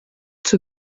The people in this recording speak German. zur